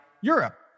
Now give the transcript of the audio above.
Europe